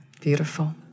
beautiful